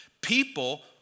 people